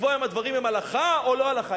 לקבוע אם הדברים הם הלכה או לא הלכה,